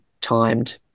timed